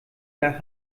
nach